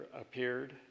appeared